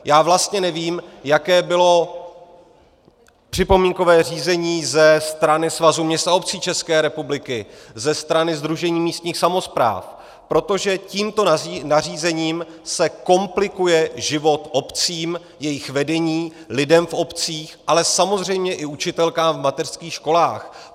Já vlastně nevím, jaké bylo připomínkové řízení ze strany Svazu měst a obcí České republiky, ze strany Sdružení místních samospráv, protože tímto nařízením se komplikuje život obcím, jejich vedení, lidem v obcích, ale samozřejmě i učitelkám v mateřských školách.